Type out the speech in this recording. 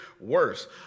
worse